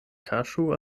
kaŝu